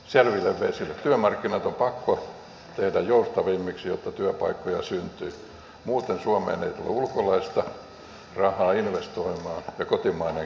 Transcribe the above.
työmarkkinat on pakko tehdä joustavammiksi jotta työpaikkoja syntyy muuten suomeen ei tule ulkolaista rahaa investoimaan ja kotimainenkin taitaa karata